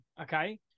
okay